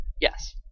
Yes